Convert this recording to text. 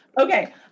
Okay